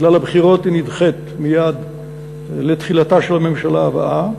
בגלל הבחירות היא נדחית מייד לתחילתה של הממשלה הבאה,